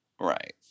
Right